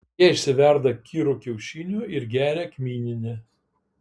jie išsiverda kirų kiaušinių ir geria kmyninę